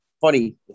Funny